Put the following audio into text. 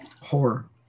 Horror